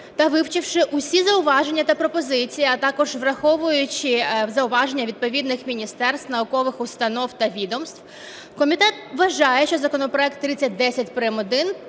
та вивчивши усі зауваження та пропозиції, а також враховуючи зауваження відповідних міністерств, наукових установ та відомств, комітет вважає, що законопроект 3010 прим.1